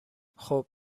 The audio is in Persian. خوب